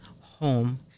home